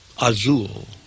azul